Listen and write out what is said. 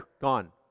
Gone